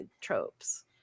tropes